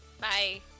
bye